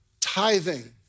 tithing